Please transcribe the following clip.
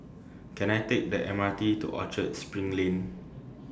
Can I Take The M R T to Orchard SPRING Lane